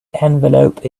envelope